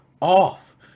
off